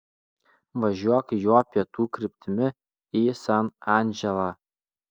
važiuok juo pietų kryptimi į san andželą